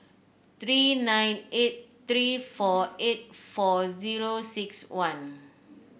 three nine eight three four eight four zero six one